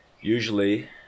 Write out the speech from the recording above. Usually